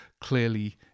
clearly